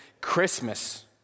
Christmas